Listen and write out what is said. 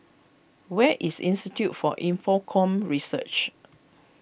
where is Institute for Infocomm Research